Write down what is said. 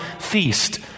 feast